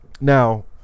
Now